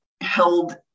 held